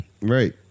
Right